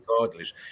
regardless